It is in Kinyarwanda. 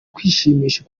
kwishimisha